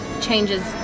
changes